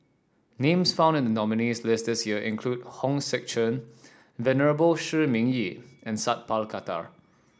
names found in the nominees' list this year include Hong Sek Chern Venerable Shi Ming Yi and Sat Pal Khattar